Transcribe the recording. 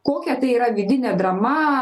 kokia tai yra vidinė drama